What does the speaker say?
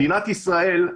מדינת ישראל,